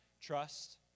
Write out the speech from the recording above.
Trust